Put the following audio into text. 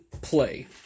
play